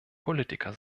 politiker